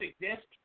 exist